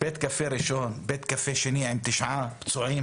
בית קפה ראשון, בית קפה שני עם תשעה פצועים.